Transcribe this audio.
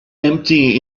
empty